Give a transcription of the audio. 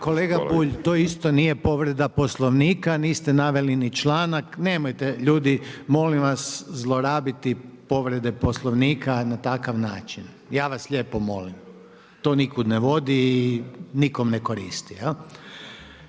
Kolega Bulj, to isto nije povreda Poslovnika. Niste naveli ni članak. Nemojte ljudi molim vas zlorabiti povrede Poslovnika na takav način. Ja vas lijepo molim. To nikud ne vodi i nikom ne koristi.